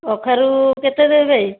କଖାରୁ କେତେ ଦେବେ